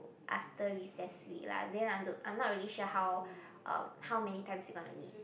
after recess week lah then I want to I'm not really sure how um how many times they gonna meet